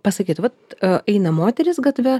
pasakytų vat eina moteris gatve